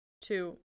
Two